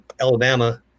Alabama